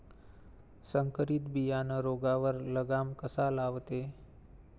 संकरीत बियानं रोगावर लगाम कसा लावते?